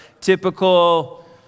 typical